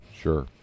Sure